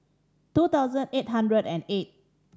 two thousand eight hundred and eight